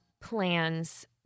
plans